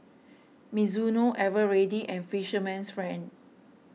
Mizuno Eveready and Fisherman's Friend